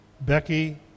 Becky